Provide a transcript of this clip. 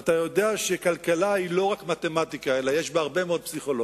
ואתה יודע שכלכלה היא לא רק מתמטיקה אלא יש בה הרבה מאוד פסיכולוגיה,